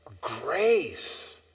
grace